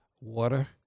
Water